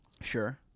Sure